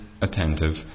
attentive